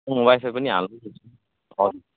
अँ वाइफाई पनि हालिदिउँ